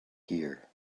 here